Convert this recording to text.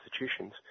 institutions